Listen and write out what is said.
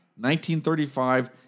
1935